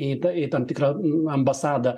į ta į tam tikrą m ambasadą